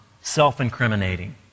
self-incriminating